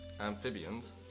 Amphibians